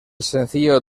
sencillo